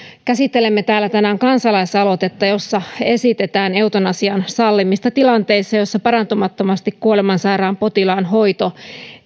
käsittelemme täällä tänään kansalaisaloitetta jossa esitetään eutanasian sallimista tilanteissa joissa parantumattomasti kuolemansairaan potilaan hoito